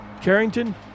Carrington